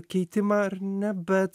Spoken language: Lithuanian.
keitimą ar ne bet